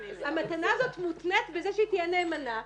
המתנה הזאת מותנית בזה שתהיה נאמנה.